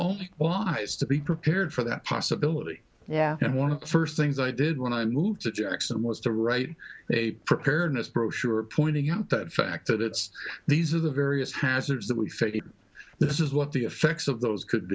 has to be prepared for that possibility yeah and one of the first things i did when i moved to jackson was to write a preparedness brochure pointing out that fact that it's these are the various hazards that we face in this is what the effects of those could